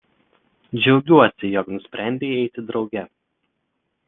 džiaugiuosi jog nusprendei eiti drauge